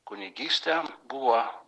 kunigyste buvo